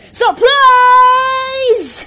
surprise